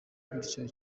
gutya